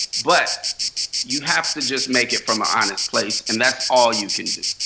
but you have to just make it from an honest place. and that's all you can do.